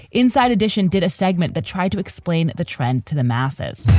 inside edition did a segment that tried to explain the trend to the masses.